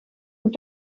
und